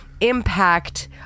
impact